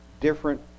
different